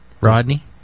Rodney